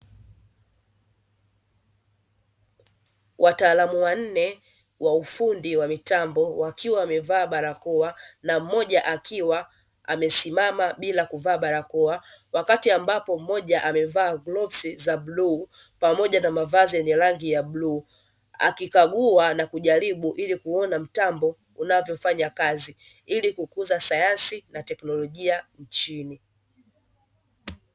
Wataalamu wanne wa ufundi wa mitambo wakiwa wamevaa barakoa na mmoja akiwa amesimama bila kuvaa barakoa wakati ambapo mmoja amevaa glavu za bluu pamoja na mavazi yenye rangi ya bluu, akikagua na kujaribu ili kuona mtambo unavyofanya kazi ili kukuza sayansi na teknolojia nchini.